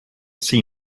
see